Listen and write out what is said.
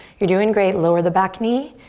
you're doing great. lower the back knee,